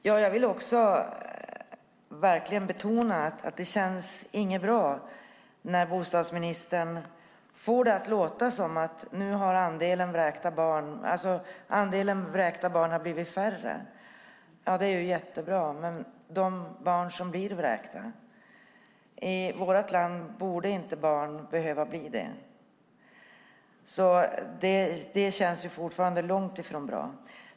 Herr talman! Jag vill verkligen betona att det inte känns bra när bostadsministern får det att låta som att andelen vräkta barn har blivit färre. Det är jättebra - men barn blir vräkta. I vårt land borde inte barn bli vräkta. Det känns fortfarande långt ifrån bra.